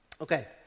Okay